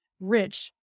rich